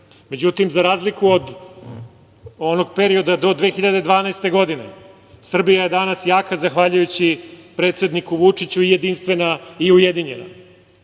Srbe.Međutim, za razliku od onog perioda do 2012. godine Srbija je danas jaka zahvaljujući predsedniku Vučiću i jedinstvena i ujedinjena. Sad